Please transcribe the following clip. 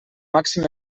màxim